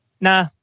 nah